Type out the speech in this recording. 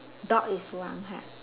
dog is one ha